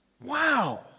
Wow